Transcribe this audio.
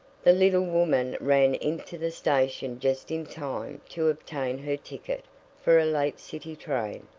the little woman ran into the station just in time to obtain her ticket for a late city train,